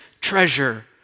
treasure